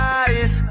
eyes